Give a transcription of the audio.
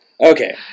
Okay